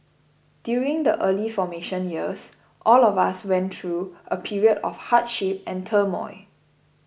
during the early formation years all of us went through a period of hardship and turmoil